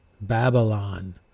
Babylon